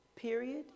Period